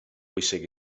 bwysig